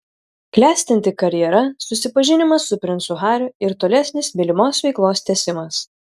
klestinti karjera susipažinimas su princu hariu ir tolesnis mylimos veiklos tęsimas